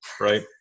right